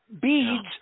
beads